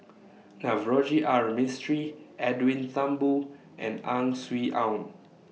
Navroji R Mistri Edwin Thumboo and Ang Swee Aun